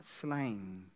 slain